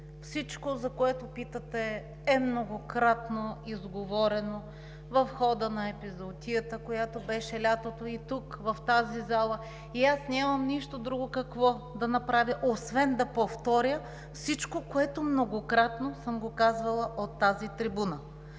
всичко, за което питате, е многократно изговорено в хода на епизоотията, която беше през лятото и тук, в тази зала. Аз нямам нищо друго какво да направя, освен да повторя всичко, което многократно съм казвала от тази трибуна